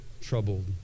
troubled